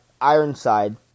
Ironside